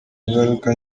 ingaruka